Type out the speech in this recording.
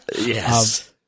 Yes